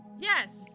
yes